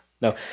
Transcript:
No